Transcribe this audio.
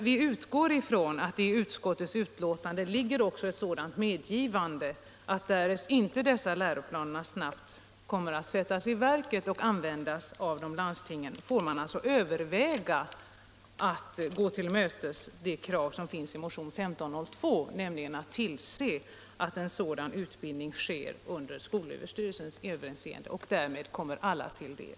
Vi utgår från att det i utskottets betänkande också ligger ett sådant medgivande, att därest dessa läroplaner inte snabbt kommer att sättas i verket och användas av landstingen får man överväga att gå till mötes det krav som finns i motionen 1502, nämligen att tillse att en sådan utbildning sker under skolöverstyrelsens överinseende och därmed kommer alla till del.